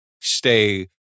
stay